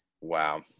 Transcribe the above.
Wow